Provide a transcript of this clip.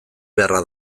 beharra